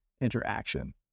interaction